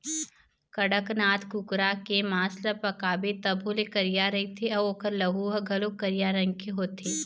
कड़कनाथ कुकरा के मांस ल पकाबे तभो ले करिया रहिथे अउ ओखर लहू ह घलोक करिया रंग के होथे